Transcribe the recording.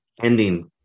ending